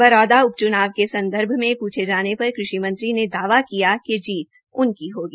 बरौदा उपच्नाव के संदर्भ में पूछे जोन पर कृषि मंत्री ने दावा किया कि जीत उनकी होगी